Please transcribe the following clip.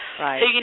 Right